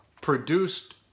produced